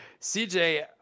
CJ